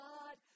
God